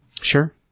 sure